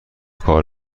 کار